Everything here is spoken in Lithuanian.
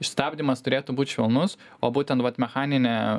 ir stabdymas turėtų būt švelnus o būtent vat mechaninė